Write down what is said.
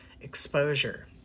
exposure